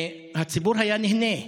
הציבור היה נהנה.